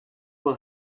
will